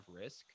risk